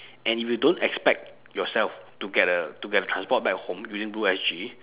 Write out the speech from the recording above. and if you don't expect yourself to get a to get transport back home using blue S_G